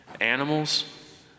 animals